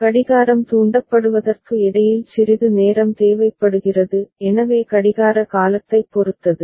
எனவே கடிகாரம் தூண்டப்படுவதற்கு இடையில் சிறிது நேரம் தேவைப்படுகிறது எனவே கடிகார காலத்தைப் பொறுத்தது